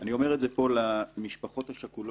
אני אומר את זה למשפחות השכולות,